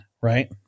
Right